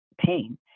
pain